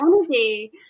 energy